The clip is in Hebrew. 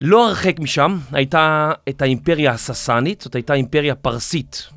לא הרחק משם הייתה את האימפריה הססנית, זאת הייתה אימפריה פרסית.